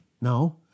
no